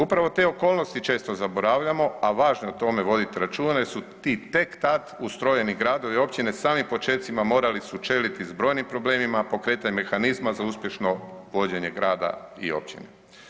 Upravo te okolnosti često zaboravljamo, a važno je o tome vodit računa jer su ti tek tad ustrojeni gradovi i općine u samim počecima morali sučeliti s brojnim problemima pokretanja mehanizma za uspješno vođenje grada i općine.